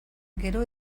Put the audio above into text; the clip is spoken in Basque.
gero